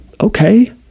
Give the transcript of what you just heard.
Okay